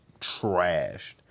trashed